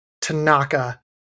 Tanaka